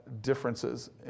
differences